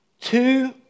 Two